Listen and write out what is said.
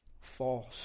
false